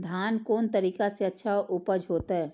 धान कोन तरीका से अच्छा उपज होते?